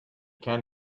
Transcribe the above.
can